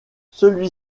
celui